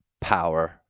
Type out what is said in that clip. power